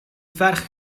ferch